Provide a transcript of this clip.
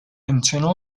internal